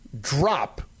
drop